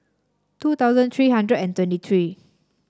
two thousand three hundred and twenty three